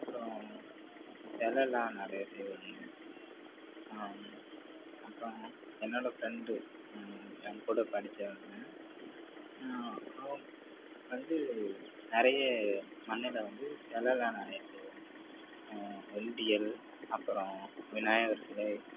அப்புறம் சிலைலாம் நிறையா செய்வங்க அப்புறம் என்னோடய ஃப்ரெண்ட்டு என் கூட படித்தவங்க வந்து நிறைய மண்ணில் வந்து சிலைலாம் நிறையா செய்வோம் உண்டியல் அப்புறம் விநாயகர் சிலை